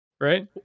right